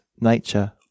nature